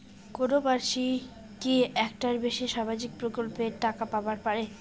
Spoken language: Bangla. কোনো মানসি কি একটার বেশি সামাজিক প্রকল্পের টাকা পাবার পারে?